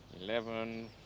Eleven